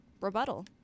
rebuttal